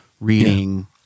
reading